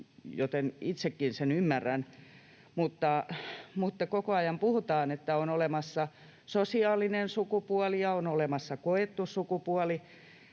sen itsekin ymmärrän, mutta kun koko ajan puhutaan, että on olemassa sosiaalinen sukupuoli ja on olemassa koettu sukupuoli,